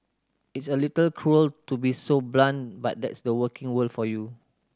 it's a little cruel to be so blunt but that's the working world for you